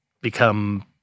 become –